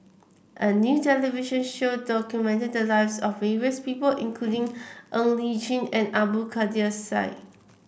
a new television show documented the lives of various people including Ng Li Chin and Abdul Kadir Syed